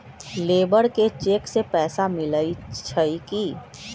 Labour के cheque से पैसा मिलई छई कि?